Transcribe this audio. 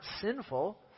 sinful